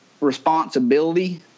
responsibility